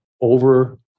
over